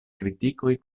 kritikoj